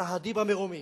שהדי במרומים,